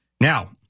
Now